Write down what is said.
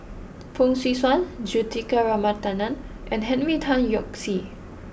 Fong Swee Suan Juthika Ramanathan and Henry Tan Yoke See